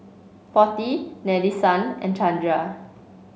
Potti Nadesan and Chanda